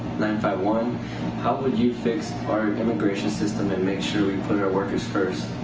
nine five one how would you fix our immigration system and make sure we put our workers first.